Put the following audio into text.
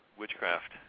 witchcraft